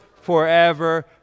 forever